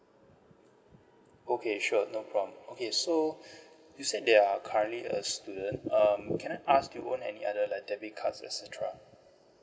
okay sure no problem okay so you said that you are currently a student um can I ask if you own any other like debit cards et cetera